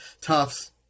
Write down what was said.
tufts